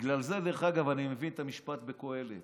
בגלל זה, דרך אגב, אני מבין את המשפט בקוהלת: